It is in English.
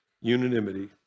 unanimity